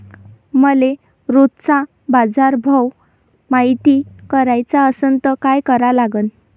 मले रोजचा बाजारभव मायती कराचा असन त काय करा लागन?